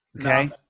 Okay